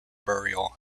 burial